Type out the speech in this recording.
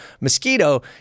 mosquito